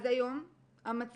אז היום המצלמות